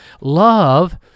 love